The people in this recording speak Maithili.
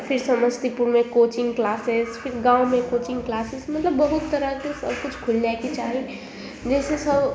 फेर समस्तीपुरमे कोचिंग क्लासेज फेर गाँवमे कोचिंग क्लासेज मतलब बहुत तरहके सब किछु खुलि जाइके चाही जाहिसऽ सब